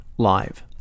live